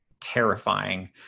terrifying